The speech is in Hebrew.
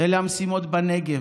אלה המשימות בנגב.